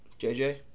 JJ